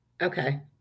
Okay